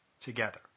together